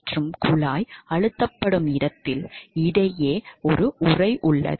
மற்றும் குழாய் அழுத்தப்படும் இடத்தில் இடையே ஒரு உறை உள்ளது